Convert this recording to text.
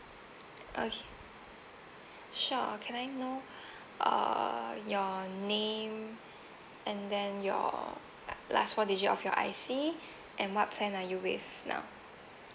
okay sure can I know uh your name and then your last four digit of your I_C and what plan are you with now